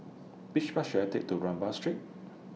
Which Bus should I Take to Rambau Street